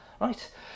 Right